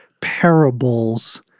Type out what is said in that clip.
parables